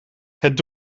het